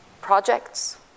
projects